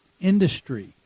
industry